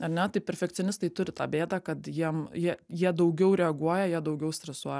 ar ne tai perfekcionistai turi tą bėdą kad jiem jie jie daugiau reaguoja jie daugiau stresuoja